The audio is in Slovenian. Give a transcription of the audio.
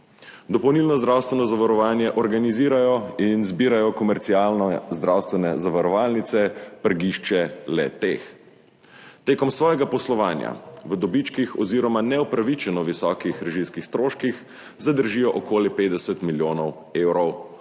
Dopolnilno zdravstveno zavarovanje organizirajo in zbirajo komercialne zdravstvene zavarovalnice, prgišče le-teh. Med svojim poslovanjem v dobičkih oziroma neupravičeno visokih režijskih stroških zadržijo okoli 50 milijonov evrov sredstev